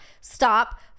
stop